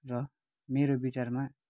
र मेरो विचारमा